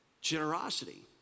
generosity